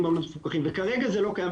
במעונות המפוקחים וכרגע זה לא קיים,